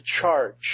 charge